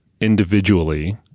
individually